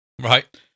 Right